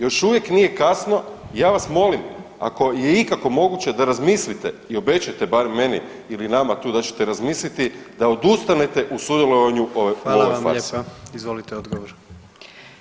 Još uvijek nije kasno i ja vas molim ako je ikako moguće da razmislite i obećate barem meni ili nama tu da ćete razmisliti da odustanete u sudjelovanju u ovoj farsi.